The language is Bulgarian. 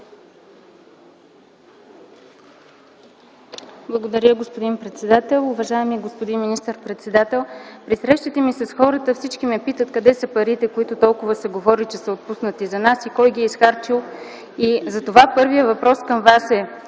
Благодаря, господин председател. Уважаеми господин министър-председател, при срещите ми с хората всички ме питат: къде са парите, за които толкова се говори, че са отпуснати за нас и кой ги е изхарчил? Първият ми въпрос към Вас е: